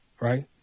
right